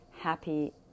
happy